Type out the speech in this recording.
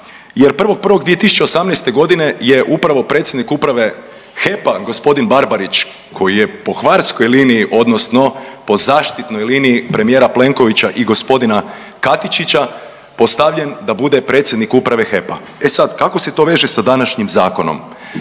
jer 1.1.2018. godine je upravo predsjednik uprave HEP-a gospodin Barbarić koji je po hvarskoj liniji odnosno po zaštitnoj liniji premijera Plenkovića i gospodina Katičića postavljen da bude predsjednik uprave HEP-a. E sad, kako se to veže sa današnjim zakonom?